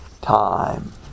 time